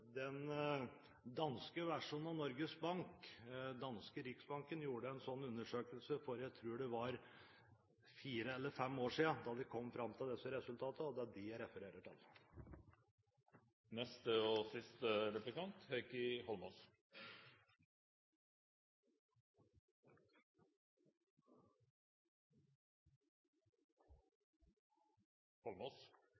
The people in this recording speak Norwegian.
Den danske versjonen av Norges Bank, den danske Riksbanken, gjorde en slik undersøkelse for – jeg tror det var – fire eller fem år siden og kom fram til disse resultatene. Det er dem jeg refererer